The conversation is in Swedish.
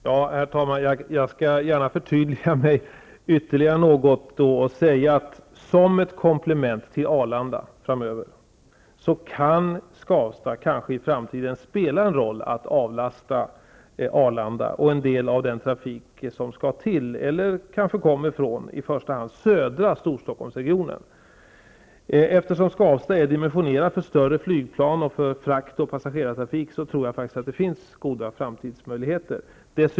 Herr talman! Jag skall då gärna förtydliga mig ytterligare något. Som ett komplement till Arlanda kan Skavsta kanske i framtiden spela en roll för att avlasta Arlanda och en del av den trafik som skall till eller kommer från kanske i första hand södra Storstockholmsregionen. Eftersom Skvasta är dimensionerat för större flygplan och för frakt och passagerartrafik tror jag faktiskt att det finns goda framtidsmöjligheter.